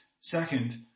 Second